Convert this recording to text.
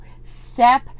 step